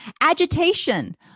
Agitation